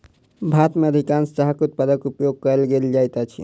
भारत में अधिकाँश चाहक उत्पाद उपयोग कय लेल जाइत अछि